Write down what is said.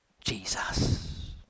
Jesus